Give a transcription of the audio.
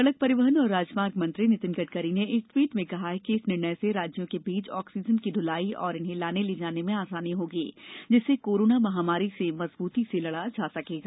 सड़क परिवहन और राजमार्ग मंत्री नितिन गडकरी ने एक ट्वीट में कहा कि इस निर्णय से राज्यों के बीच ऑक्सीजन की ढुलाई और इन्हें लाने ले जाने में आसानी होगी जिससे कोरोना महामारी से मजबूती से लड़ा जा सकेगा